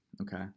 okay